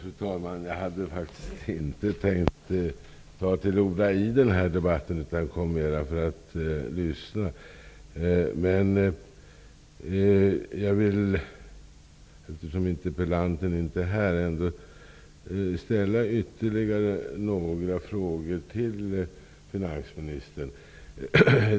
Fru talman! Jag hade faktiskt inte tänkt ta till orda i den här debatten, utan jag kom för att lyssna. Men eftersom interpellanten inte är här vill jag ändå ställa ytterligare några frågor till finansministern.